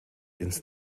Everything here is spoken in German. ins